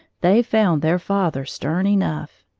they found their father stern enough.